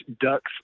ducks